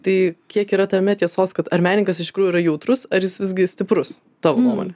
tai kiek yra tame tiesos kad ar menininkas iš tikrųjų yra jautrus ar jis visgi stiprus tavo nuomone